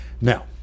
Now